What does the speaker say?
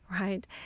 right